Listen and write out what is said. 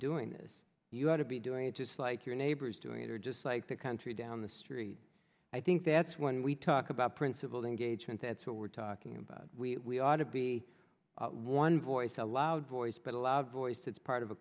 doing this you ought to be doing it just like your neighbors doing it or just like the country down the street i think that's when we talk about principled engagement that's what we're talking about we ought to be one voice a loud voice but a loud voice that's part of a